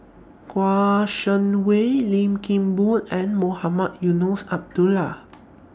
Kouo Shang Wei Lim Kim Boon and Mohamed Eunos Abdullah